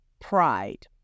pride